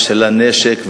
ושל הנשק,